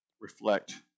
reflect